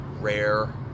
rare